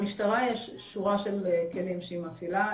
למשטרה יש שורה של כלים שהיא מפעילה,